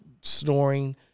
snoring